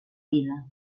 vida